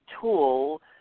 tool